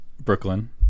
Brooklyn